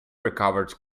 recovered